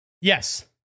yes